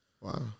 Wow